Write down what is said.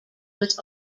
was